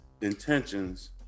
intentions